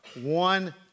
One